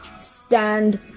stand